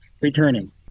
returning